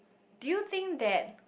do you think that